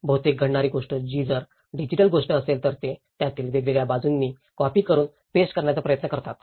बहुतेक घडणारी गोष्ट ही जर डिजिटल गोष्ट असेल तर ते त्यातील वेगवेगळ्या बाजूंनी कॉपी करुन पेस्ट करण्याचा प्रयत्न करतात